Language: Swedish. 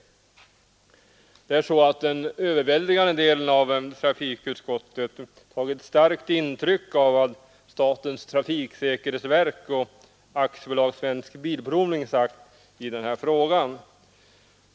Den överväldigande delen av trafikutskottets ledamöter har tagit starkt intryck av vad statens trafiksäkerhetsverk och Svensk bilprovning sagt i den här frågan.